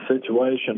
situation